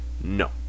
No